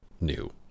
new